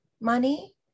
money